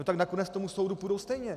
Tak nakonec k tomu soudu půjdou stejně.